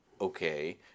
Okay